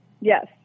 Yes